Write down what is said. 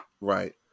right